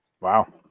Wow